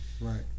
right